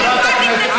חברי הכנסת,